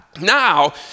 now